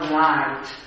light